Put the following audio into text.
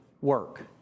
work